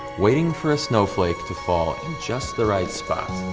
waiting for a snowflake to fall in just the right spot.